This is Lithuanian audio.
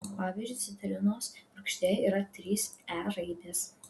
pavyzdžiui citrinos rūgštyje yra trys e raidės